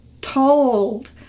told